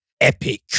epic